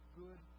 good